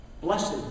Blessed